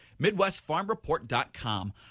MidwestFarmReport.com